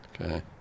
Okay